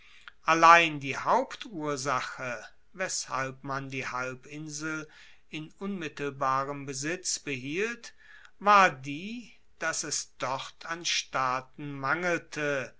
allein die hauptursache weshalb man die halbinsel in unmittelbarem besitz behielt war die dass es dort an staaten mangelte